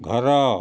ଘର